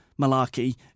malarkey